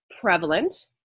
prevalent